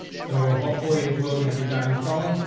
so hopefully it will gonna be done installing.